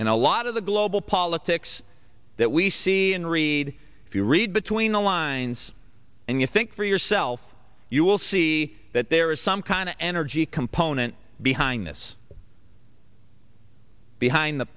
and a lot of the global politics that we see and read if you read between the lines and you think for yourself you will see that there is some kind of energy component behind this behind the